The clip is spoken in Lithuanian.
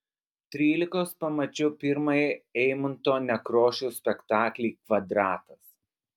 trylikos pamačiau pirmąjį eimunto nekrošiaus spektaklį kvadratas